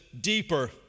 deeper